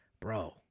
bro